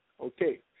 Okay